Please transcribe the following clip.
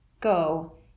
Go